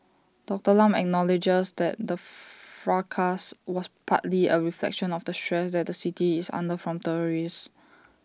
Doctor Lam acknowledges that the fracas was partly A reflection of the stress that the city is under from tourists